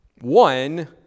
One